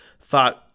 thought